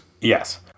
Yes